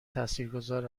تاثیرگذار